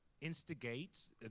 instigates